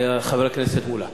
חבר הכנסת מולה.